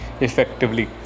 effectively